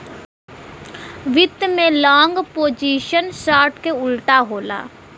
वित्त में long position short क उल्टा होला